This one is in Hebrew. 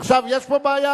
עכשיו, יש פה בעיה.